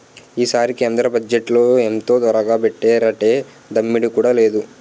ఈసారి కేంద్ర బజ్జెట్లో ఎంతొరగబెట్టేరేటి దమ్మిడీ కూడా లేదు